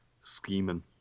Scheming